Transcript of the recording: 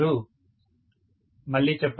professor మళ్ళీ చెప్పండి